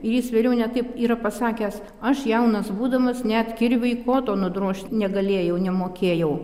ir jis vėliau net taip yra pasakęs aš jaunas būdamas net kirviui koto nudrožt negalėjau nemokėjau